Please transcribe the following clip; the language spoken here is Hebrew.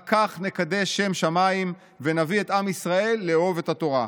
רק כך נקדש שם שמיים ונביא את עם ישראל לאהוב את התורה.